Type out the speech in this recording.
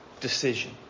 decision